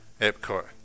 Epcot